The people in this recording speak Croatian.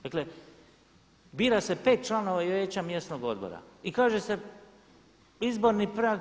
Dakle bira se 5 članova vijeća mjesnog odbora i kaže se izborni prag 5%